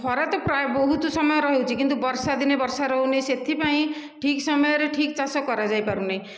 ଖରା ତ ପ୍ରାୟ ବହୁତ ସମୟ ରହୁଛି କିନ୍ତୁ ବର୍ଷାଦିନେ ବର୍ଷା ରହୁନି ସେଥିପାଇଁ ଠିକ ସମୟରେ ଠିକ ଚାଷ କରାଯାଇ ପାରୁନାହିଁ